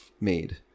made